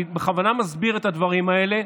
אני בכוונה מסביר את הדברים האלה,